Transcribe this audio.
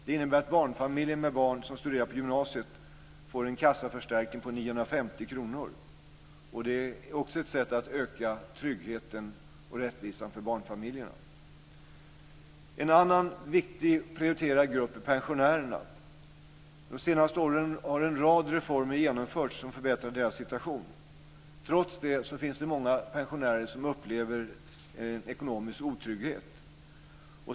Det innebär att barnfamiljer med barn som studerar på gymnasiet får en kassaförstärkning på 950 kr. Det är också ett sätt att öka tryggheten och rättvisan för barnfamiljerna. En annan viktig och prioriterad grupp är pensionärerna. De senaste åren har en rad reformer genomförts som förbättrar deras situation. Trots det finns det många pensionärer som upplever ekonomisk otrygghet.